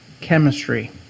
chemistry